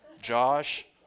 Josh